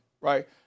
right